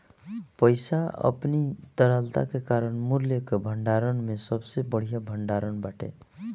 पईसा अपनी तरलता के कारण मूल्य कअ भंडारण में सबसे बढ़िया भण्डारण बाटे